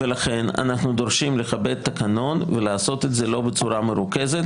ולכן אנחנו דורשים לכבד את התקנון ולעשות את זה לא בצורה מרוכזת,